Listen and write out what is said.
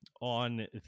on